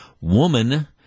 woman